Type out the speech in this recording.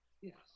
Yes